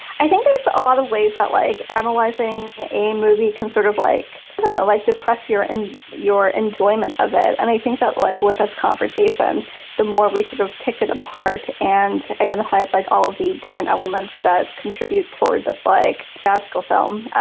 i think there's a lot of ways that like analyzing a movie you can sort of like and like the press here and your enjoyment of it. and i think that like with this conversation the more we sort of pick it apart and identify it like all of the different elements that contribute toward this like farcical film